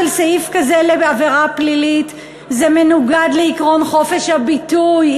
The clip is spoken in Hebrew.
לעבירה פלילית זה מנוגע לעיקרון חופש הביטוי,